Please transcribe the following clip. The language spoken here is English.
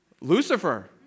Lucifer